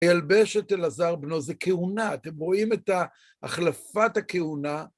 ‫הילבשת אלעזר בנו זו כהונה. ‫אתם רואים את החלפת הכהונה.